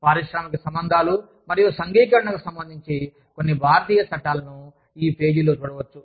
పారిశ్రామిక సంబంధాలు మరియు సంఘీకరణకు సంబంధించిన కొన్ని భారతీయ చట్టాలను ఈ పేజీలో చూడవచ్చు